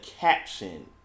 caption